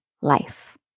life